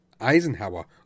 Eisenhower